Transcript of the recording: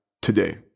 Today